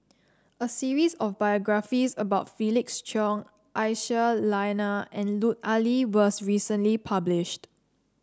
a series of biographies about Felix Cheong Aisyah Lyana and Lut Ali was recently published